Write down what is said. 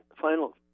Final